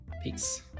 Peace